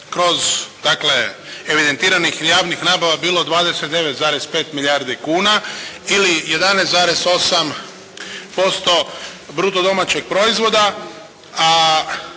dakle evidentiranih javnih nabava bilo 29,5 milijardi kuna ili 11,8% bruto domaćeg proizvoda.